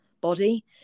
body